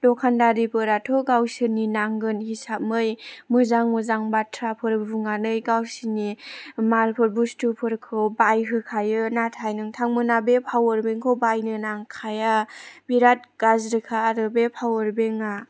दखानदारिफोराथ' गावसोरनि नांगोन हिसाबै मोजां मोजां बाथ्राफोर बुंनानै गावसोरनि मालफोर बुस्तुफोरखौ बायहोखायो नाथाय नोंथांमोना बे पावार बेंकखौ बायनो नांखाया बिराद गाज्रिखा आरो बे पावार बेंकआ